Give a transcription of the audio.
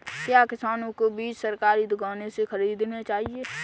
क्या किसानों को बीज सरकारी दुकानों से खरीदना चाहिए?